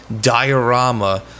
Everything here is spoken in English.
diorama